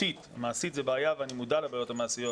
מעשית זו בעיה ואני מודע לבעיות המעשיות